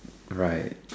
right